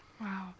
Wow